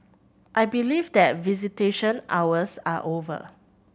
I believe that visitation hours are over